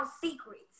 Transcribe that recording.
secrets